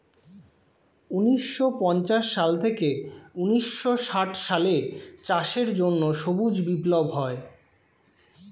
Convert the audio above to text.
ঊন্নিশো পঞ্চাশ সাল থেকে ঊন্নিশো ষাট সালে চাষের জন্য সবুজ বিপ্লব হয়